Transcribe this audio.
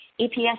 EPS